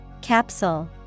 Capsule